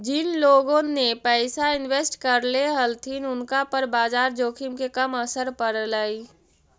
जिन लोगोन ने पैसा इन्वेस्ट करले हलथिन उनका पर बाजार जोखिम के कम असर पड़लई